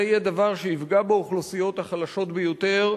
זה יהיה דבר שיפגע באוכלוסיות החלשות ביותר,